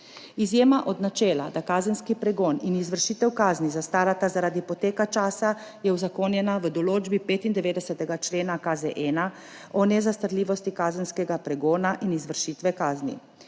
Izjema od načela, da kazenski pregon in izvršitev kazni zastarata zaradi poteka časa, je uzakonjena v določbi 95. člena KZ-1 o nezastarljivosti kazenskega pregona in izvršitve kazni.